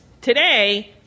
today